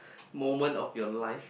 moment of your life